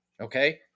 Okay